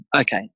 okay